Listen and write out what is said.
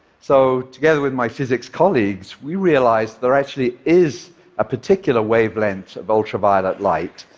so together with my physics colleagues, we realized there actually is a particular wavelength of ultraviolet light